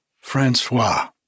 Francois